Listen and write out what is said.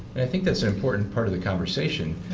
and i think that's important part of the conversation.